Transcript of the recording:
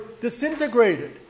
disintegrated